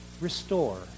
restore